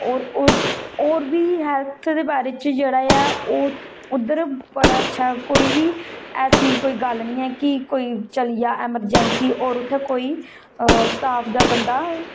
और बी हेत्थ दे बारे च जेहड़ा ऐ उद्धर बड़ा अच्छा कोई बी ऐसी कोई गल्ल नेई ऐ कि कोई चली गेआ ऐमरजैंसी ते उत्थै कोई स्टाफ दा बंदा